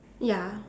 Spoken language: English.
ya